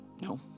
No